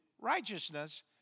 righteousness